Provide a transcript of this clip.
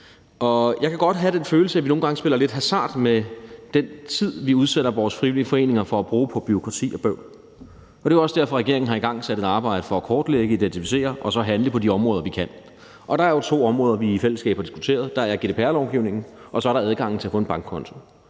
jeg kan godt have den følelse, at vi nogle gange spiller lidt hasard med den tid, vi udsætter vores frivillige foreninger for at bruge på bureaukrati og bøvl. Det er jo også derfor, at regeringen har igangsat et arbejde for at kortlægge, identificere og så handle på de områder, vi kan, og der er jo to områder, vi i fællesskab har diskuteret, nemlig GDPR-lovgivningen og adgangen til at få en bankkonto,